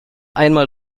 einmal